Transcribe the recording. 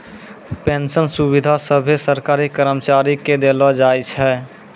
pension सुविधा सभे सरकारी कर्मचारी के देलो जाय छै